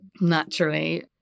Naturally